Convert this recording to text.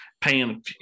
paying